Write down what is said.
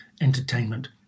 entertainment